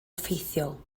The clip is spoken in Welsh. effeithiol